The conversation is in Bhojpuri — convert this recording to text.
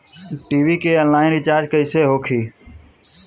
टी.वी के आनलाइन रिचार्ज कैसे होखी?